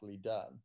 done